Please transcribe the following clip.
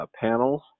panels